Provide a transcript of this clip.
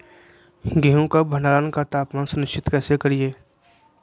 गेहूं का भंडारण का तापमान सुनिश्चित कैसे करिये?